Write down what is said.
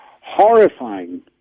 horrifying